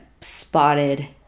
spotted